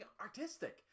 artistic